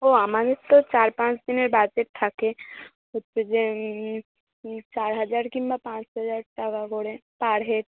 ও আমাদের তো চার পাঁচ দিনের বাজেট থাকে প্রত্যেক চার হাজার কিংবা পাঁচ হাজার টাকা করে পার হেড